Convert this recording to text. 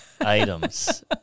items